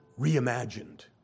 reimagined